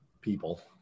people